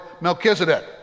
Melchizedek